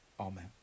Amen